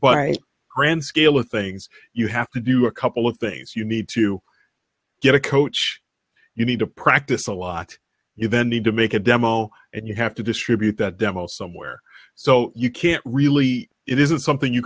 grand scale of things you have to do a couple of things you need to get a coach you need to practice a lot you then need to make a demo and you have to distribute that demo somewhere so you can't really it isn't something you